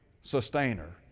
Sustainer